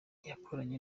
yakoranye